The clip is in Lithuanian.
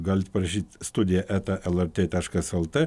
galit parašyt studija eta lrt taškas lt